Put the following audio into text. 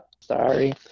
Sorry